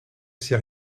sait